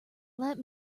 let